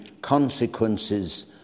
consequences